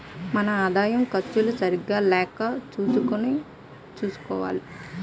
మన ఆదాయం ఖర్చులు సరిగా లెక్క చూసుకుని చూసుకోవాలి